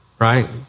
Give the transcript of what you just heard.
right